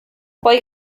poi